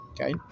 okay